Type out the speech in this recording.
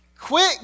Quit